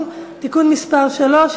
(תיקון מס' 3). חוק סמכויות לשם שמירה על ביטחון הציבור (תיקון מס' 3),